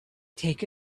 take